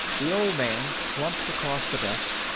the old man slumped across the desk,